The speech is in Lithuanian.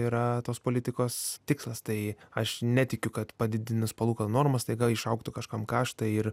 yra tos politikos tikslas tai aš netikiu kad padidinus palūkanų normą staiga išaugtų kažkam kaštai ir